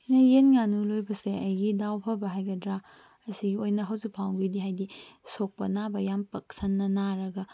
ꯑꯩꯅ ꯌꯦꯟ ꯉꯥꯅꯨ ꯂꯣꯏꯕꯁꯦ ꯑꯩꯒꯤ ꯗꯥꯎ ꯐꯕ ꯍꯥꯏꯒꯗ꯭ꯔ ꯑꯁꯤꯒꯤ ꯑꯣꯏꯅ ꯍꯧꯖꯤꯛ ꯐꯥꯎꯕꯒꯤꯗꯤ ꯍꯥꯏꯕꯗꯤ ꯁꯣꯛꯞ ꯅꯥꯕ ꯌꯥꯝ ꯄꯥꯛꯁꯟꯅ ꯅꯥꯔꯒ